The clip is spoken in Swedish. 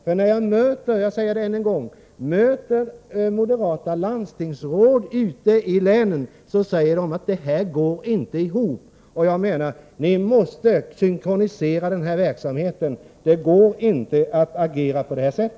Jag vill än en gång säga, att när jag möter moderata landstingsråd ute i länen säger de, att detta inte går ihop. Jag anser att ni måste synkronisera verksamheten. Det går inte att agera på detta sätt!